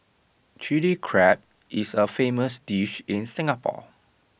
Chilli Crab is A famous dish in Singapore